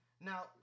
Now